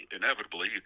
inevitably